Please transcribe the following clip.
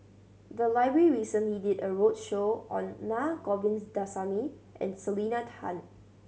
the library recently did a roadshow on Naa Govindasamy and Selena Tan